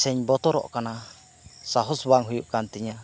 ᱥᱮᱧ ᱵᱚᱛᱚᱨᱚᱜ ᱠᱟᱱᱟ ᱥᱟᱦᱚᱥ ᱵᱟᱝ ᱦᱩᱭᱩᱜ ᱠᱟᱱ ᱛᱤᱧᱟᱹ